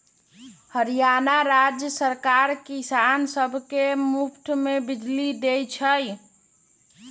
हरियाणा राज्य सरकार किसान सब के मुफ्त में बिजली देई छई